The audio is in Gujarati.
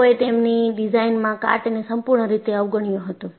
લોકોએ તેમની ડિઝાઇનમાં કાટને સંપૂર્ણ રીતે અવગણ્યો હતો